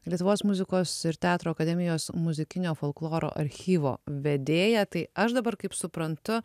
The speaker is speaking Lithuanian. lietuvos muzikos ir teatro akademijos muzikinio folkloro archyvo vedėja tai aš dabar kaip suprantu